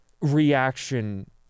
reaction